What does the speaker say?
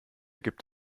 gibt